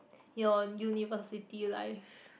your university life